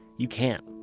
you can.